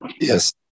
yes